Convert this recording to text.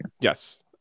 Yes